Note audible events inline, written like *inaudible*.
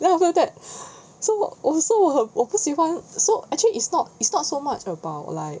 then after that *breath* so 我我是我很我不喜欢 so actually it's not it's not so much about like